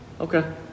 Okay